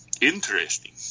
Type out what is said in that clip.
Interesting